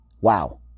Wow